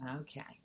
Okay